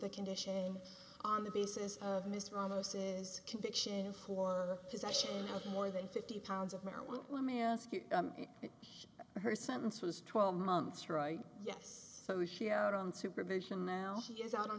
the condition on the basis of miss ramos's conviction for possession of more than fifty pounds of marijuana let me ask you that her sentence was twelve months right yes so she out on supervision now she is out on